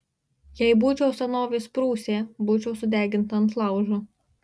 jei būčiau senovės prūsė būčiau sudeginta ant laužo